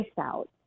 out